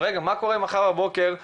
מה קורה מחר בבוקר אם